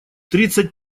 тридцать